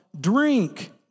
drink